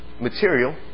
material